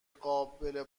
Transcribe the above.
قابل